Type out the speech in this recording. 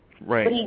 Right